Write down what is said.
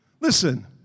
Listen